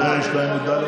יש להם מדליות,